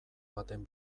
baten